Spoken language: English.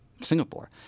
Singapore